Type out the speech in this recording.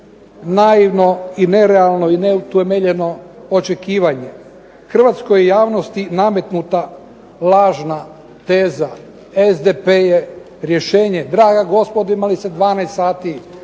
Naivno i nerealno i neutemeljeno očekivanje. Hrvatskoj je javnosti nametnuta lažna teza SDP je rješenje kraja, gospodo imali ste 12 sati